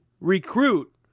recruit